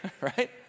right